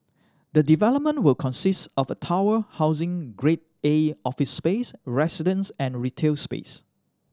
the development will consist of a tower housing Grade A office space residences and retail space